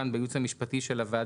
כאן בייעוץ המשפטי של הוועדה,